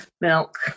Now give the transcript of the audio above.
Milk